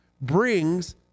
brings